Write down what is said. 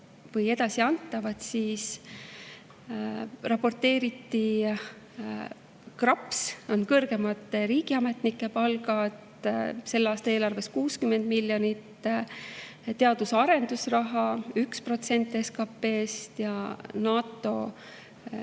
või edasiantavad, siis raporteeriti: KRAPS ehk kõrgemate riigiametnike palgad, selle aasta eelarves 60 miljonit; teadus‑ ja arendusraha – 1% SKP‑st;